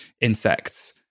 insects